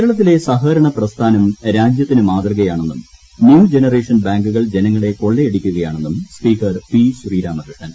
കേരളത്തിലെ സഹകരണപ്രസ്ഥാനം രാജ്യത്തിന് മാതൃകയാണെന്നും ന്യൂ ജനറേഷൻ ബാങ്കുകൾ ജനങ്ങളെ കൊള്ളയടിക്കയാണെന്നും സ്പീക്കർ പി ശ്രീരാമകൃഷ്ണൻ